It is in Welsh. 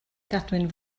gadwyn